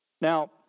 Now